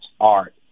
art